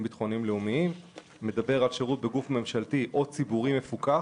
ביטחוניים-לאומיים שמדבר על שירות בגוף ממשלתי או ציבורי מפוקח